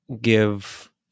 give